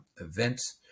events